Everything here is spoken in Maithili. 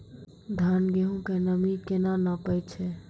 धान, गेहूँ के नमी केना नापै छै?